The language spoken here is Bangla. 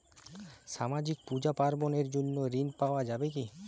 সামাজিক পূজা পার্বণ এর জন্য ঋণ পাওয়া যাবে কি?